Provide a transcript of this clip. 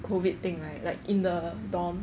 COVID thing right like in the dorm